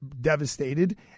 devastated